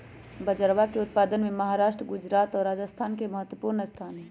बजरवा के उत्पादन में महाराष्ट्र गुजरात और राजस्थान के महत्वपूर्ण स्थान हई